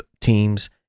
Teams